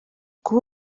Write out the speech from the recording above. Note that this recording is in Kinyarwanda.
kuba